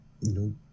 No